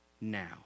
now